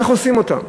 איך עושים אותם,